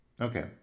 Okay